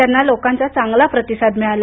त्यांना लोकांचा चांगला प्रतिसाद मिळाला